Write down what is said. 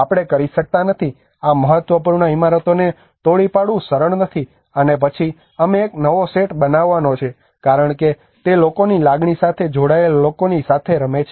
આપણે કરી શકતા નથી આ મહત્વપૂર્ણ ઇમારતોને તોડી પાડવું સરળ નથી અને પછી અમે એક નવો સેટ બનાવવાનો છે કારણ કે તે લોકોની લાગણી સાથે જોડાયેલા લોકોની સાથે રમે છે